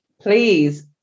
please